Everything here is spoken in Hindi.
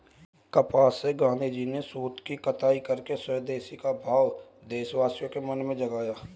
कपास से गाँधीजी ने सूत की कताई करके स्वदेशी का भाव देशवासियों के मन में जगाया